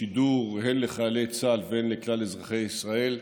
בשידור הן לחיילי צה"ל והן לכלל אזרחי ישראל.